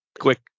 Quick